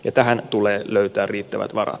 tähän tulee löytää riittävät varat